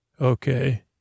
Okay